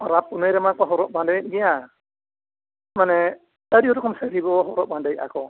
ᱯᱚᱨᱚᱵᱽ ᱯᱩᱱᱟᱹᱭ ᱨᱮᱢᱟ ᱠᱚ ᱦᱚᱨᱚᱜ ᱵᱟᱸᱫᱮᱭᱮᱫ ᱜᱮᱭᱟ ᱢᱟᱱᱮ ᱟᱹᱰᱤ ᱨᱚᱠᱚᱢ ᱥᱟᱹᱲᱤ ᱦᱚᱨᱚᱜ ᱵᱟᱫᱮ ᱫᱟᱠᱚ